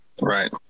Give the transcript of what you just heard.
right